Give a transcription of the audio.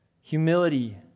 humility